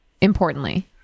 importantly